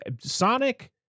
Sonic